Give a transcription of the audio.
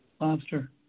lobster